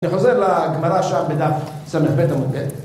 אני חוזר לגמרא שם בדף, ס"ט עמוד ט.